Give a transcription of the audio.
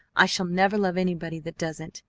i shall never love anybody that doesn't.